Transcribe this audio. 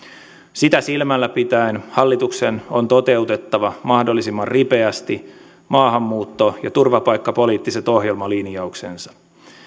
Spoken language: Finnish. sitä silmällä pitäen hallituksen on toteutettava mahdollisimman ripeästi maahanmuutto ja turvapaikkapoliittiset ohjelmalinjauksensa